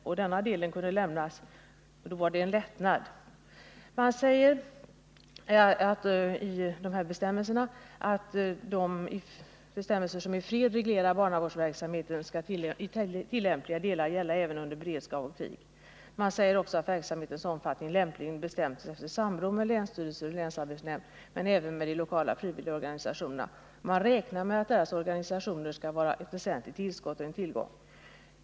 Om denna del av deras uppgifter kan lämnas är det en lättnad för dem. I de nämnda besluten sägs att de bestämmelser som i fred reglerar barnavårdsverksamheten skall i tillämpliga delar gälla även under beredskap och krig. Det sägs också att verksamhetens omfattning lämpligen bestäms efter samråd med länsstyrelse och länsarbetsnämnd men även med de lokala frivilligorganisationerna. Man räknar med att deras organisationer skall kunna vara ett väsentligt tillskott och en tillgång.